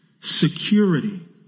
security